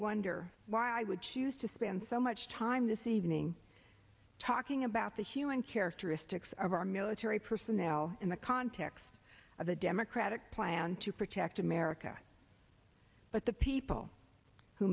wonder why i would choose to spend so much time this evening talking about the human characteristics of our military personnel in the context of a democratic plan to protect america but the people who